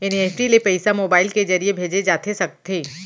NEFT ले पइसा mobile के ज़रिए भेजे जाथे सकथे?